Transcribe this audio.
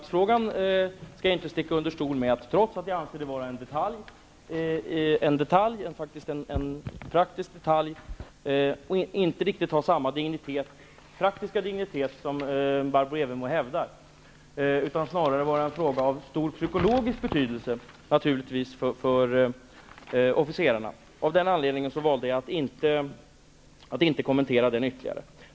Herr talman! Jag skall inte sticka under stol med att jag anser fullmaktsfrågan vara en praktisk detalj, som inte riktigt har den dignitet som Barbro Evermo Palmelund hävdar att den har. Snarare är det en fråga av stor psykologisk betydelse för officerarna. Av den anledningen valde jag att inte ytterligare kommentera denna fråga.